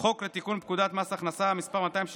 חוק רכבת תחתית (מטרו) (תיקון),